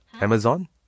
Amazon